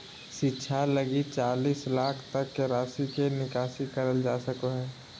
शिक्षा लगी चालीस लाख तक के राशि के निकासी करल जा सको हइ